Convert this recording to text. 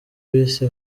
bise